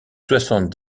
soixante